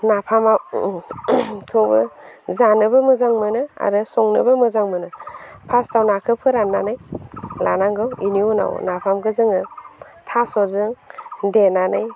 नाफाम खौबो जानोबो मोजां मोनो आरो संनोबो मोजां मोनो फार्सटाव नाखौ फोरानन्नानै लानांगौ बेनि उनाव नाफामखौ जोङो थास'जों देनानै